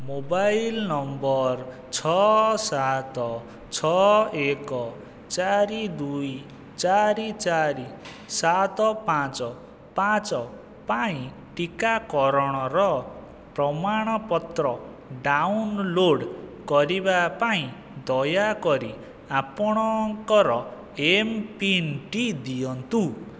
mobile number ଛଅ ସାତ ଛଅ ଏକ ଚାରି ଦୁଇ ଚାରି ଚାରି ସାତ ପାଞ୍ଚ ପାଞ୍ଚ ପାଇଁ ଟିକାକରଣର ପ୍ରମାଣପତ୍ର ଡାଉନଲୋଡ଼୍ କରିବା ପାଇଁ ଦୟାକରି ଆପଣଙ୍କର ଏମ୍ ପିନ୍ ଟି ଦିଅନ୍ତୁ